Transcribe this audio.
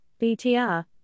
BTR